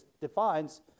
defines